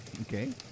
Okay